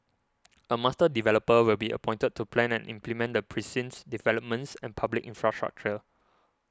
a master developer will be appointed to plan and implement the precinct's developments and public infrastructure